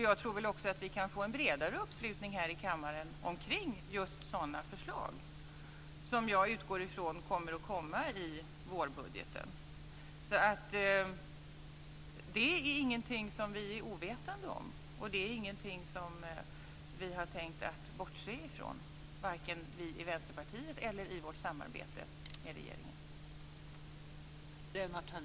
Jag tror också att vi kan få en bredare uppslutning här i kammaren omkring just sådana förslag, som jag utgår från kommer att komma i vårbudgeten. Detta är alltså ingenting som vi är ovetande om eller har tänkt bortse ifrån, varken inom Vänsterpartiet eller i vårt samarbete med regeringen.